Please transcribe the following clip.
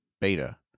beta